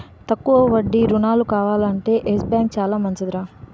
తక్కువ వడ్డీ రుణాలు కావాలంటే యెస్ బాంకు చాలా మంచిదిరా